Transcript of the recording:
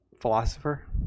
philosopher